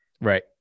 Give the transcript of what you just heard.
Right